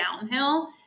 downhill